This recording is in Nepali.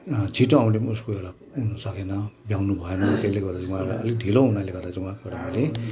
छिटो आउने उसको एउटा हुन सकेन भ्याउनु भएन त्यसले गर्दा उहाँलाई अलिक ढिलो हुनाले गर्दा चाहिँ उहाँको एउटा मैले